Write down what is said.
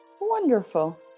Wonderful